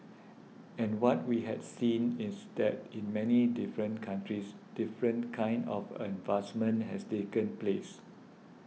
and what we had seen is that in many different countries different kinds of advancements have taken place